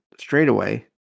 straightaway